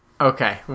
Okay